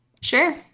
Sure